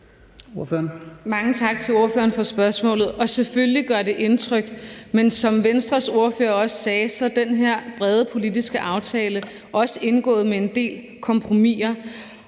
Mange tak til ordføreren for spørgsmålet. Selvfølgelig gør indtryk. Men som Venstres ordfører også sagde, er den her brede politiske aftale også indgået med en del kompromiser.